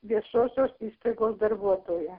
viešosios įstaigos darbuotoja